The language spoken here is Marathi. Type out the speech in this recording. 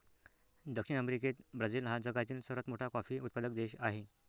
दक्षिण अमेरिकेत ब्राझील हा जगातील सर्वात मोठा कॉफी उत्पादक देश आहे